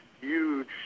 huge